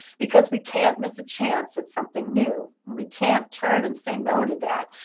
because we can't miss a chance at something new. we can't turn and say no to that.